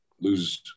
lose